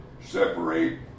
separate